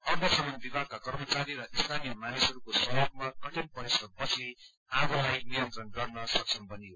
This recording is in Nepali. अग्निशमन विभागका कर्मचारी र स्थानीय मानिसहरूको सहयोगमा कठिन परिक्षम पछि आगोलाई नियन्त्रण गर्न सक्षम बनियो